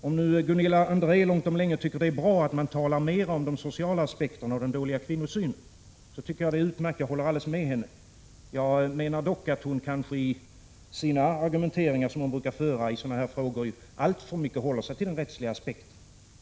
Om nu Gunilla André långt om länge har kommit till uppfattningen att det är bra att man talar mer om de sociala aspekterna och den dåliga kvinnosynen, så tycker jag att det är utmärkt, och jag håller helt med henne. Jag menar dock att hon i de argumenteringar som hon brukar föra i sådana här frågor kanske alltför mycket håller sig till den rättsliga aspekten.